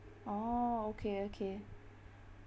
orh okay okay